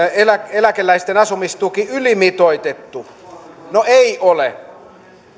eläkeläisten asumistuki ylimitoitettu no ei ole